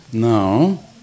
Now